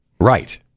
Right